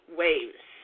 waves